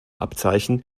abzeichen